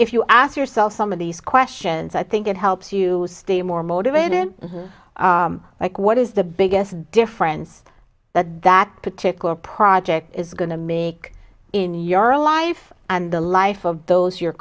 if you ask yourself some of these questions i think it helps you stay more motivated like what is the biggest difference that that particular project is going to make in your life and the life of those you're